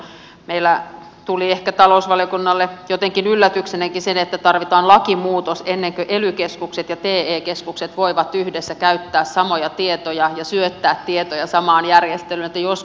talousvaliokunnalle tuli ehkä jotenkin yllätyksenäkin se että tarvitaan lakimuutos ennen kuin ely keskukset ja te keskukset voivat yhdessä käyttää samoja tietoja ja syöttää tietoja samaan järjestelmään